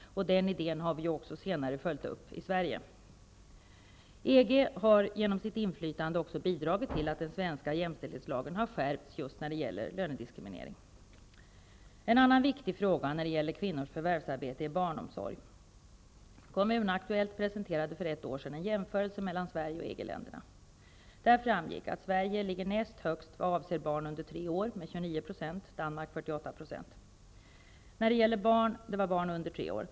Den idén har vi ju också senare följt upp i Sverige. EG har genom sitt inflytande också bidragit till att den svenska jämställdhetslagen har skärpts just när det gäller lönediskriminering. En annan viktig fråga när det gäller kvinnors förvärvsarbete är barnomsorg. Kommunaktuellt presenterade för ett år sedan en jämförelse mellan Sverige och EG-länderna. Där framgick att Sverige ligger näst högst vad avser barn under tre år, med 29 %, medan Danmark ligger på 48 %.